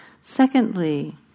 Secondly